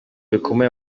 bikomeye